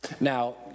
Now